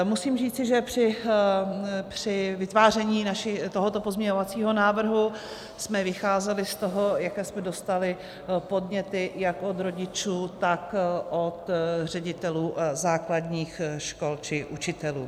Musím říci, že při vytváření tohoto pozměňovacího návrhu jsme vycházeli z toho, jaké jsme dostali podněty jak od rodičů, tak od ředitelů základních škol či učitelů.